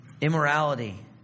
immorality